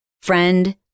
friend